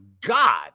god